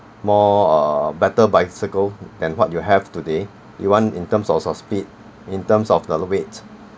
more uh better bicycle than what you have today you want in terms of so~ speed in terms of the weight